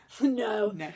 No